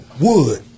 wood